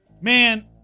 Man